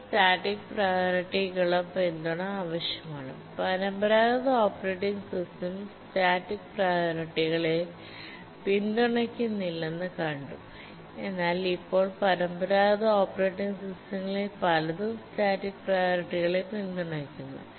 ഇതിന് static priority ക്കുള്ള പിന്തുണ ആവശ്യമാണ് പരമ്പരാഗത ഓപ്പറേറ്റിംഗ് സിസ്റ്റം സ്റ്റാറ്റിക് പ്രിയോറിറ്റി കളെ പിന്തുണയ്ക്കുന്നില്ലെന്ന് കണ്ടു എന്നാൽ ഇപ്പോൾ പരമ്പരാഗത ഓപ്പറേറ്റിംഗ് സിസ്റ്റങ്ങളിൽ പലതും സ്റ്റാറ്റിക് പ്രിയോറിറ്റി കളെ പിന്തുണയ്ക്കുന്നു